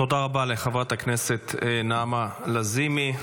תודה רבה לחברת הכנסת נעמה לזימי.